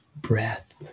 breath